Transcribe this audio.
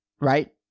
right